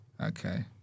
okay